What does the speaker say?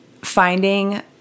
finding